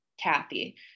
Kathy